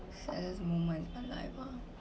saddest moment of my life